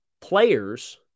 players